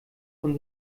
von